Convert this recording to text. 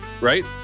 Right